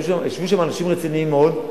ישבו שם אנשים רציניים מאוד.